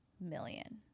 million